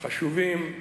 חשובים,